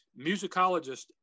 musicologist